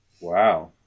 Wow